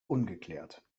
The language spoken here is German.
ungeklärt